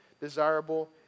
desirable